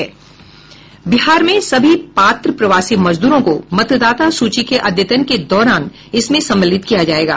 बिहार में सभी पात्र प्रवासी मजदूरों को मतदाता सूची के अद्यतन के दौरान इसमें सम्मिलित किया जाएगा